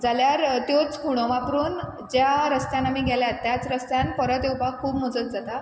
जाल्यार त्योच खुणो वापरून ज्या रस्त्यान आमी गेल्यांत त्याच रस्त्यान आमकां परत येवपा खूब मजत जाता